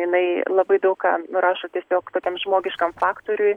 jinai labai daug ką nurašo tiesiog tokiam žmogiškam faktoriui